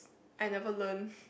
I never learned